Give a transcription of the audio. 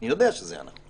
אני יודע שזה הנכון.